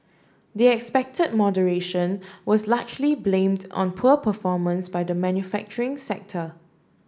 the expected moderation was largely blamed on poor performance by the manufacturing sector